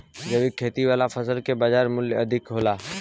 जैविक खेती वाला फसल के बाजार मूल्य अधिक होला